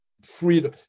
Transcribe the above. freedom